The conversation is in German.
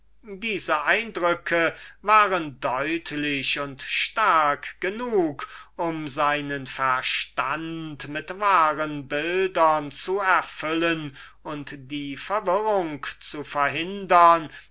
ihnen bekam waren deutlich und nett genug um seinen verstand mit wahren bildern zu erfüllen und die verwirrung zu verhindern